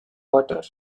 water